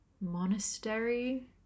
monastery